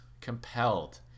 compelled